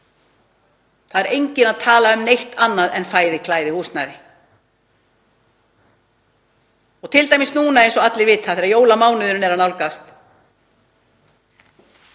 Það er enginn að tala um neitt annað en fæði, klæði, húsnæði. Og núna, eins og allir vita, þegar jólamánuðinn er að nálgast